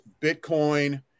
Bitcoin